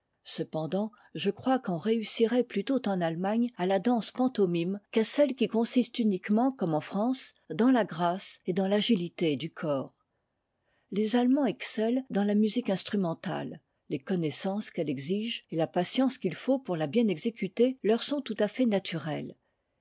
cependant je crois qu'on réussirait ptutot en allemagne à la danse pantomime qu'à celle qui consiste uniquement comme en france dans ta grâce et dans l'agilité du corps les allemands excellent dans la musique instrumentale les connaissances qu'elle exige et la patience qu'il faut pour la bien exécuter leur sont tout à fait naturelles